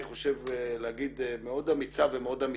אני חושב להגיד מאוד אמיצה ומאוד אמיתית,